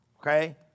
Okay